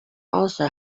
also